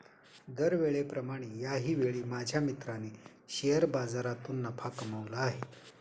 दरवेळेप्रमाणे याही वेळी माझ्या मित्राने शेअर बाजारातून नफा कमावला आहे